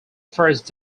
first